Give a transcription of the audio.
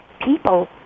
people